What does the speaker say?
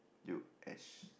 U_S